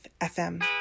FM